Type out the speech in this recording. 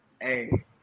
Hey